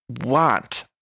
want